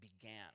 began